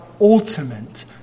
ultimate